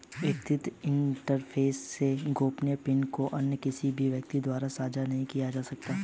एकीकृत इंटरफ़ेस के गोपनीय पिन को अन्य किसी भी व्यक्ति द्वारा साझा नहीं किया जा सकता